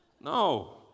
No